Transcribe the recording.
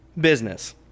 business